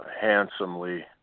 handsomely